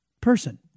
person